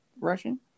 Russian